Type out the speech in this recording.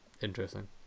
interesting